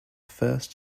first